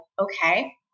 okay